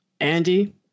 Andy